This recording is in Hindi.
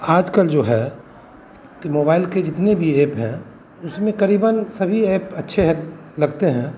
आज कल जो है कि मोबाइल के जितने भी एप हैं उसमें करीबन सभी ऐप अच्छे हैं लगते हैं